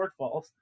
shortfalls